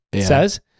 says